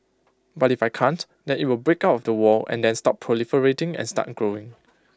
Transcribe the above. but if I can't then IT will break out of the wall and then stop proliferating and start growing